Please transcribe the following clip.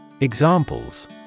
Examples